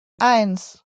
eins